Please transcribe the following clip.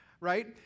right